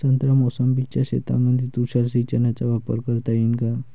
संत्रा मोसंबीच्या शेतामंदी तुषार सिंचनचा वापर करता येईन का?